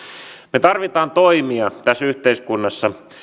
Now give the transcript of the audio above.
me tarvitsemme toimia tässä yhteiskunnassa